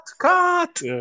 cut